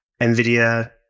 NVIDIA